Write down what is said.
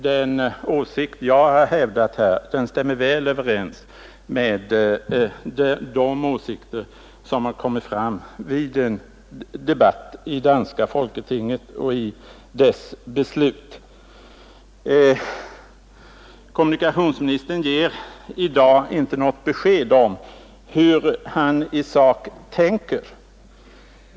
Den åsikt jag har hävdat stämmer väl överens med de åsikter som har kommit fram vid debatt i danska folketinget och i dess beslut. Kommunikationsministern ger i dag inte något besked om hur han i sak tänker.